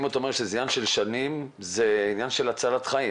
אם אתה אומר שזה עניין של שנים זה עניין של הצלת חיים.